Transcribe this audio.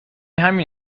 همین